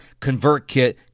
ConvertKit